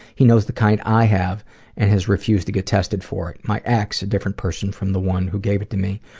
he knows the kind i have and has refused to get tested for it. my ex, a different person from the one who gave it to me,